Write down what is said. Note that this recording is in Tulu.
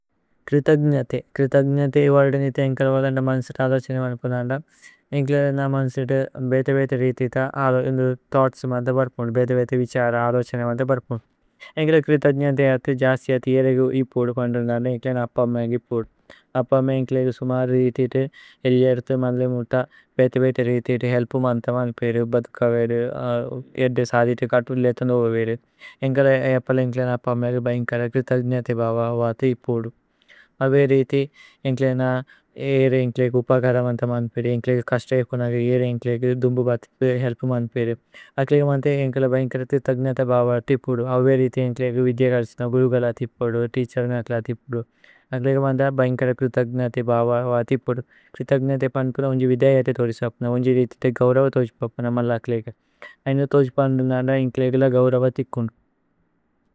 ക്രിഥഗ്നതി। ക്രിഥഗ്നതി ഏ വോരേ ദന് ഇഥേ ഏന്കല്। ഓദന്ദ മന്സേത് അലോഛനേമ് അനുപനന്ദ ഏന്കല ന। മന്സേത് ബേതേ ബേതേ രിതിത അലോഛനേമ് അന്ത പര്പുന്। ബേതേ ബേതേ വിഛര അലോഛനേമ് അന്ത പര്പുന് ഏന്കല। ക്രിഥഗ്നതി അതി ജസ്യ ഥേഓരേഗു ഇപോദു പന്ദന്ദ। ഏന്കല ന അപ്പ അമ്മ ഏ ഇപോദു അപ്പ അമ്മ ഏന്കല। ഏഗു സുമര രിതിത ഇല്ല ഏതു മന്ലേ മുത്ത ബേതേ ബേതേ। രിതിത ഹേല്പു അന്ത മന്പേഇരു ബധുകവേഇരു ഏദ്ദ। സധിത കതുലേത നോവേവേഇരു ഏന്കല അപ്പല ഏന്കല। ന അപ്പ അമ്മ ഏഗു ഭൈന്കര ക്രിഥഗ്നതി ഭവ। അവതേ ഇപോദു അവേ രിതി ഏന്കല ന ഏരു ഏന്കല ഏഗു। ഉപകര മന്ത മന്പേഇരു ഏന്കല ഏഗു കശ്ത ഇപോന। ഏഗു ഏരു ഏന്കല ഏഗു ദുമ്ബു ബധുകതേ ഹേല്പു മന്പേഇരു। അകലേഗ മന്ത ഏന്കല ഭൈന്കര ക്രിഥഗ്നതി ഭവ। അതി ഇപോദു അവേ രിതി ഏന്കല ഏഗു വിധ്യ കല്സന। ഗുരുഗല അതി ഇപോദു തേഅഛേര്ന അകല അതി ഇപോദു। അകലേഗ മന്ത ഭൈന്കര ക്രിഥഗ്നതി ഭവ അതി। ഇപോദു ക്രിഥഗ്നതി പന്പന ഉന്ജി വിധ്യ ഏത। തോരിസപന ഉന്ജി രിതിത ഗൌരവ തോജ്പപന മന്ല। അകലേഗ ഐന തോജ്പപന മന്ല അകലേഗ ഗൌരവ തോജ്പപന।